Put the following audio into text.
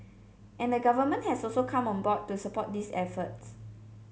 and the Government has also come on board to support these efforts